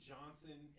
Johnson